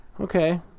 Okay